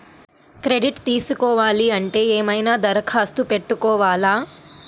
Credit తీసుకోవాలి అంటే ఏమైనా దరఖాస్తు పెట్టుకోవాలా?